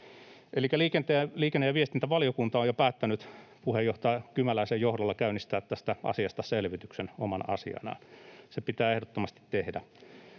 Elikkä liikenne- ja viestintävaliokunta on jo päättänyt puheenjohtaja Kymäläisen johdolla käynnistää tästä asiasta selvityksen omana asianaan. Se pitää ehdottomasti tehdä.